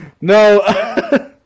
No